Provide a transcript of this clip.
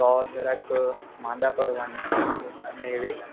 તો જરાક માંદા પડવાની અને એવી